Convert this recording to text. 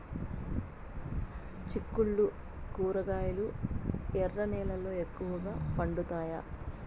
చిక్కుళ్లు కూరగాయలు ఎర్ర నేలల్లో ఎక్కువగా పండుతాయా